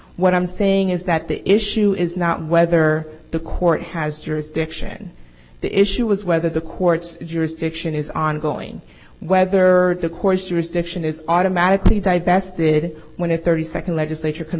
what i'm saying is that the issue is not whether the court has jurisdiction the issue is whether the court's jurisdiction is ongoing whether the course restriction is automatically divested when a thirty second legislature c